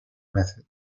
method